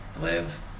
live